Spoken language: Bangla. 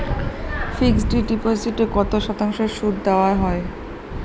ফিক্সড ডিপোজিটে কত শতাংশ সুদ দেওয়া হয়?